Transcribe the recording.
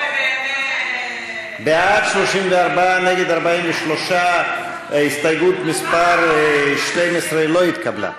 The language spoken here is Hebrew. בעד, 34, נגד, 43. הסתייגות מס' 12 לא התקבלה.